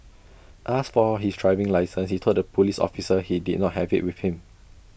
asked for his driving licence he told the Police officer he did not have IT with him